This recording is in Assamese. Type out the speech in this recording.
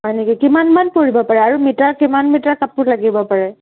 হয়নেকি কিমান মান পৰিব পাৰে আৰু মিটাৰ কিমান মিটাৰ কাপোৰ লাগিব পাৰে